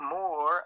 more